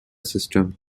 system